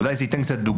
אולי זה ייתן קצת דוגמה.